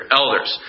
elders